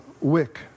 wick